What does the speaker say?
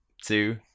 two